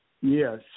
Yes